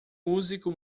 músico